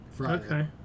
Okay